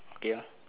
okay uh